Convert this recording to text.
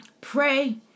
pray